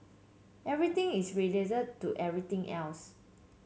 everything is related to everything else